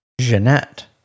Jeanette